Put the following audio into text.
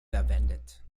verwendet